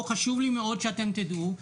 וחשוב לי שתדעו את זה,